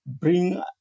bring